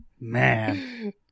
man